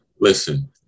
Listen